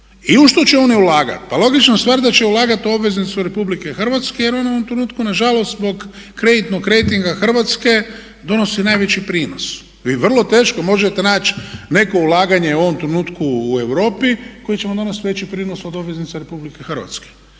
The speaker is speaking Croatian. I u što će oni ulagati? Pa logična stvar da će ulagati u obveznicu Republike Hrvatske jer ona u ovom trenutku nažalost zbog kreditnog rejtinga Hrvatske donosi najveći prinos. Vi vrlo teško možete naći neko ulaganje u ovom trenutku u Europi koji će vam donijeti veći prinos od obveznica Republike Hrvatske.